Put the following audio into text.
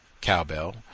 cowbell